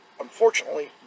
Unfortunately